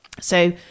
So-